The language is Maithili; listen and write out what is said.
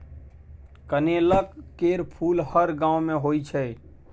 कनेलक केर फुल हर गांव मे होइ छै